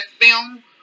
film